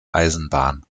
eisenbahn